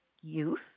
youth